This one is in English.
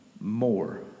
more